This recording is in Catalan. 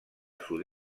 sud